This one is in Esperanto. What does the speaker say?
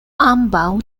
ambaŭ